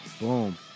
Boom